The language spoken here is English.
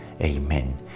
Amen